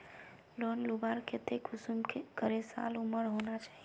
Loan लुबार केते कुंसम करे साल उमर होना चही?